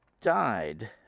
died